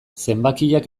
zenbakiak